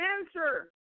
answer